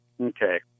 Okay